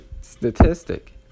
statistic